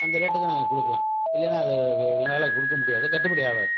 அந்த ரேட்டுக்கு நாங்கள் கொடுக்கலாம் இல்லைனால் அது எங்களால் கொடுக்க முடியாது கட்டுப்படி ஆகாது